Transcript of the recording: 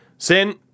Sin